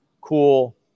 cool